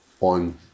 on